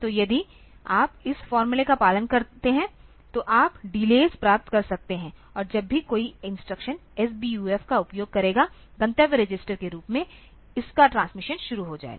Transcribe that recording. तो यदि आप इस फॉर्मूले का पालन करते हैं तो आप डिलेस प्राप्त कर सकते हैं और जब भी कोई इंस्ट्रक्शन SBUF का उपयोग करेगा गंतव्य रजिस्टर के रूप में इसका ट्रांसमिशन शुरू हो जाएगा